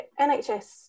NHS